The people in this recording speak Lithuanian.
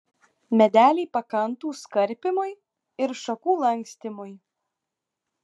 medeliai pakantūs karpymui ir šakų lankstymui